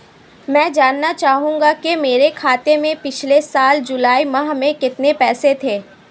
मैं जानना चाहूंगा कि मेरे खाते में पिछले साल जुलाई माह में कितने पैसे थे?